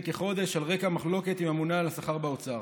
כחודש על רקע מחלוקת עם הממונה על השכר באוצר.